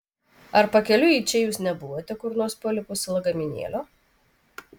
ar pakeliui į čia jūs nebuvote kur nors palikusi lagaminėlio